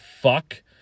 fuck